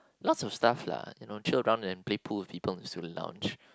lots of stuffs lah you know chill around and play pool with people in the student lounge